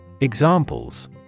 Examples